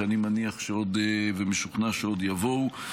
שאני מניח ומשוכנע שעוד יבואו.